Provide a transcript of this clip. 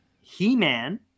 he-man